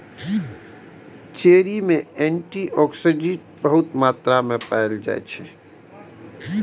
cherry मे antioxidant बहुत मात्रा मे पाएल जाइ छै